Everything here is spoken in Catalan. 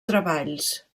treballs